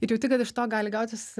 ir jauti kad iš to gali gautis